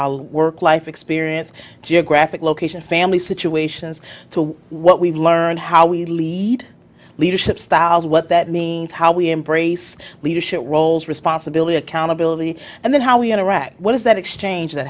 all work life experience geographic location family situations to what we've learned how we lead leadership styles what that means how we embrace leadership roles responsibility accountability and then how we interact what does that exchange that